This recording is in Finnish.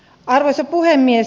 arvoisa puhemies